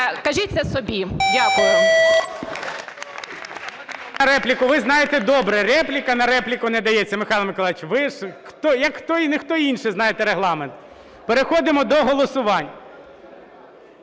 кажіть це собі. Дякую.